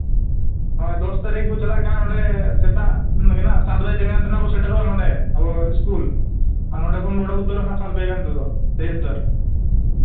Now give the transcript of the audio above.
ᱦᱳᱭ ᱫᱚᱥ ᱛᱟᱹᱨᱤᱠᱷ ᱵᱚᱱ ᱪᱟᱞᱟᱜ ᱠᱟᱱᱟ ᱚᱸᱰᱮ ᱥᱮᱛᱟᱜ ᱥᱟᱛ ᱵᱟᱡᱮ ᱛᱮᱜᱮ ᱦᱟᱸᱜ ᱵᱚᱱ ᱥᱮᱴᱮᱨᱚᱜᱼᱟ ᱱᱚᱰᱮ ᱟᱵᱚ ᱥᱠᱩᱞ ᱟᱨ ᱱᱚᱰᱮ ᱠᱷᱚᱱ ᱵᱚᱱ ᱚᱰᱚᱠ ᱩᱛᱟᱹᱨᱚᱜ ᱢᱟ ᱥᱟᱛ ᱵᱟᱡᱟ ᱜᱟᱱ ᱛᱮᱫᱚ ᱵᱮᱥ ᱫᱚᱨ